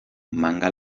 manga